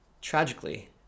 Tragically